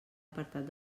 apartat